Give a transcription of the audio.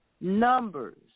Numbers